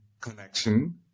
connection